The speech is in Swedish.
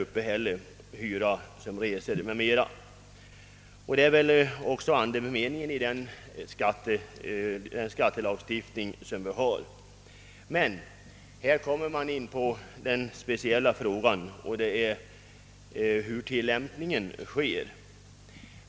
Detta bör vara en grundprincip, och det är väl också meningen med den skattelagstiftning vi har på detta område. Men här kommer vi in på den speciella frågan hur dessa bestämmelser tillämpas.